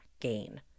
gain